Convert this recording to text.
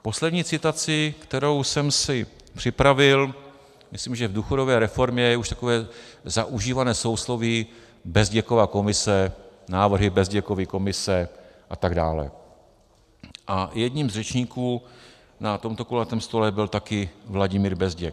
A poslední citaci, kterou jsem si připravil, myslím, že v důchodové reformě je už takové zaužívané sousloví Bezděkova komise, návrhy Bezděkovy komise a tak dále, a jedním z řečníků na tomto kulatém stole byl také Vladimír Bezděk.